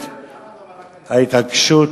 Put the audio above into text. למה אתה אומר?